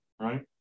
right